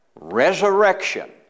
resurrection